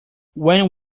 when